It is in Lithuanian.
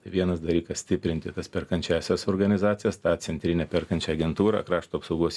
vienas dalykas stiprinti tas perkančiąsias organizacijas tą centrinę perkančią agentūrą krašto apsaugos